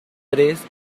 tres